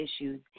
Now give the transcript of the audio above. issues